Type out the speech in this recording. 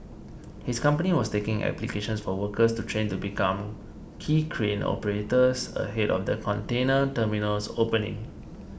his company was taking applications for workers to train to become quay crane operators ahead of the container terminal's opening